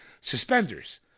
suspenders